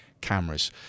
cameras